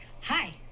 Hi